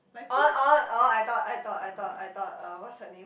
oh oh oh I thought I thought I thought I thought uh what's her name